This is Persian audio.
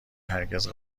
هرگز